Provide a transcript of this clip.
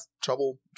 trouble